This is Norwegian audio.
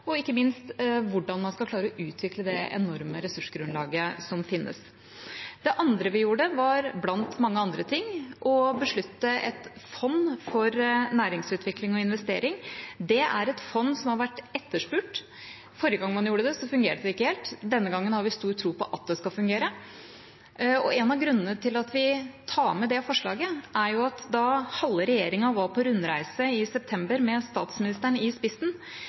og ikke minst hvordan man skal klare å utvikle det enorme ressursgrunnlaget som finnes. Det andre vi gjorde, blant mange andre ting, var å beslutte et fond for næringsutvikling og investering. Det er et fond som har vært etterspurt. Forrige gang man gjorde det, fungerte det ikke helt. Denne gangen har vi stor tro på at det skal fungere, og en av grunnene til at vi tar med det forslaget, er at da halve regjeringa i september var på rundreise med statsministeren i spissen,